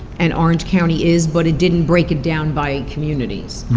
and orange county is, but it didn't break it down by communities.